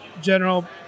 General